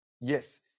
Yes